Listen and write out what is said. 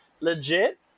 Legit